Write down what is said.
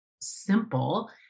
simple